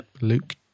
Luke